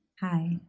Hi